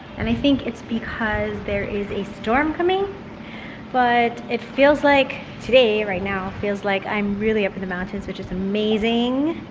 and i think it's because there is a storm coming but it feels like today, right now, feels like i'm really up in the mountains, which is amazing!